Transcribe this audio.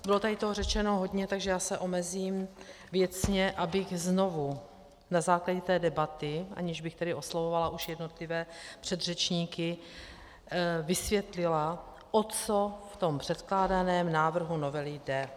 Bylo tady toho řečeno hodně, takže já se omezím věcně, abych znovu na základě té debaty, aniž bych tedy oslovovala už jednotlivé předřečníky, vysvětlila, o co v tom předkládaném návrhu novely jde.